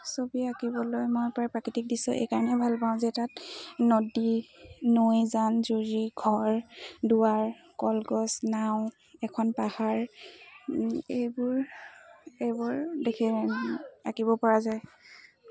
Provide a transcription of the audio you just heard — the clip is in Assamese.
ছবি আঁকিবলৈ মই প্ৰায় প্ৰাকৃতিক দৃশ্য এইকাৰণেই ভাল পাওঁ যে তাত নদী নৈ যান জুৰি ঘৰ দুৱাৰ কলগছ নাও এখন পাহাৰ এইবোৰ এইবোৰ দেখে আঁকিব পৰা যায়